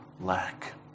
lack